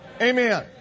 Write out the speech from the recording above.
Amen